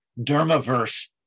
dermaverse